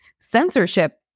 censorship